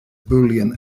boolean